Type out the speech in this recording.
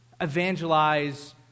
evangelize